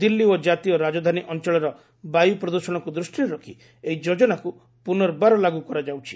ଦିଲ୍ଲୀ ଓ କାତୀୟ ରାଜଧାନୀ ଅଞ୍ଚଳର ବାୟୁ ପ୍ରଦୃଷଣକୁ ଦୃଷ୍ଟିରେ ରଖି ଏହି ଯୋଜନାକୁ ପୁନର୍ବାର ଲାଗୁ କରାଯାଉଛି